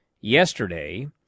yesterday